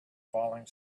falling